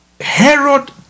Herod